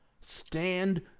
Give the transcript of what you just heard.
Stand